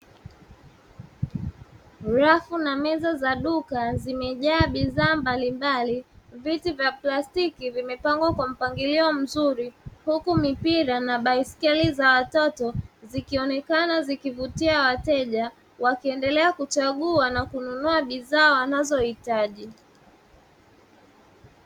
Rafu na meza za duka zimejaa bidhaa mbalimbali, viti vya plastiki vimepangwa kwa mpangilio mzuri, huku mipira na baiskeli za watoto zikionekana zikivutia wateja, wakiendelea kuchagua na kununua bidhaa wanazohitaji.